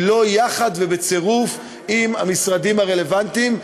היא לא יחד ובצירוף עם המשרדים הרלוונטיים,